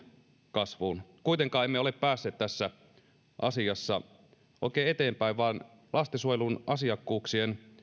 kasvuun kuitenkaan emme ole päässeet tässä asiassa oikein eteenpäin vaan lastensuojelun asiakkuuksien